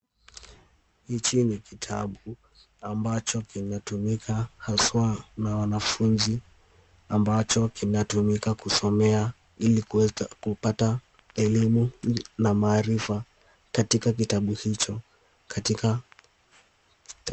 Hichi ni kitabu ambacho kinatumika haswa na wanafunzi ambacho kina tumika kusomea ilikuweza kupata elimu na maharifa katika kitabu hicho .